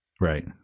Right